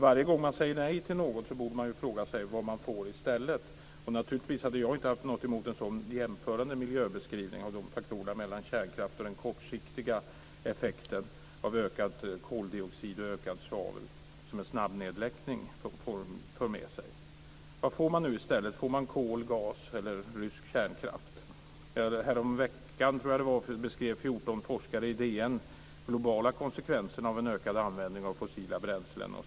Varje gång man säger nej till något borde man ju fråga sig vad man får i stället. Naturligtvis hade jag inte haft något emot en jämförande miljöbeskrivning av de här faktorerna i fråga om kärnkraften och den kortsiktiga effekt i form av en ökning av koldioxid och svavel som en snabbnedläggning för med sig. Vad får man nu i stället? Får man kol, gas eller rysk kärnkraft? Härom veckan, tror jag det var, beskrev 14 forskare i DN de globala konsekvenserna av en ökad användning av fossila bränslen.